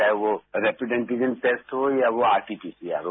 चाहे वह rapid antigen test हो या वो आरटीपीसीआर हो